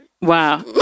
Wow